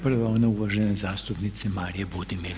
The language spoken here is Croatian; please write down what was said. Prva je ona uvažene zastupnice Marije Budimir.